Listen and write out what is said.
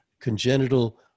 congenital